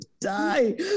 die